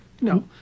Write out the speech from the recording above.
No